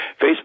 Facebook